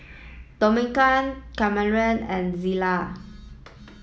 Domingo Cameron and Zillah